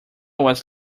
was